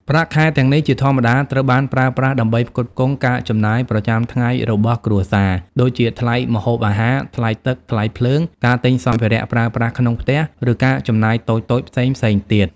ប្រាក់ខែទាំងនេះ ជាធម្មតាត្រូវបានប្រើប្រាស់ដើម្បីផ្គត់ផ្គង់ការចំណាយប្រចាំថ្ងៃរបស់គ្រួសារ ដូចជាថ្លៃម្ហូបអាហារ ថ្លៃទឹក ថ្លៃភ្លើង ការទិញសម្ភារៈប្រើប្រាស់ក្នុងផ្ទះ ឬការចំណាយតូចៗផ្សេងៗទៀត។